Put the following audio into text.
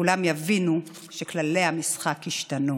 שכולם יבינו שכללי המשחק השתנו.